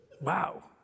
Wow